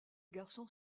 garçons